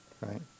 Right